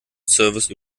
service